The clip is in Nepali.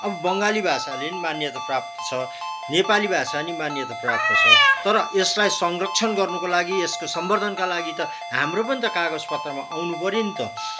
अब बङ्गाली भाषाले पनि मान्यता प्राप्त छ नेपाली भाषा पनि मान्यता प्राप्त छ तर यसलाई संरक्षण गर्नुको लागि यसको सम्बर्दनका लागि त हाम्रो पनि त कागज पत्रमा आउनु पर्यो नि त